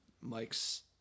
Mike's